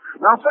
Now